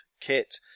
kit